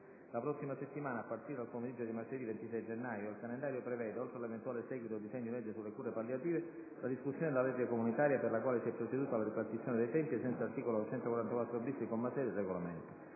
La prossima settimana, a partire dal pomeriggio di martedì 26 gennaio, il calendario prevede, oltre all'eventuale seguito del disegno di legge sulle cure palliative, la discussione della legge comunitaria, per la quale si è proceduto alla ripartizione dei tempi, ai sensi dell'articolo 144-*bis*, comma 6, del Regolamento.